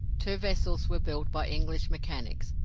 two vessels were built by english mechanics,